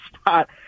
spot